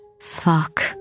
Fuck